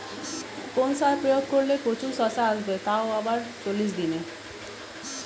কোন সার প্রয়োগ করলে প্রচুর শশা আসবে তাও আবার চল্লিশ দিনে?